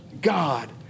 God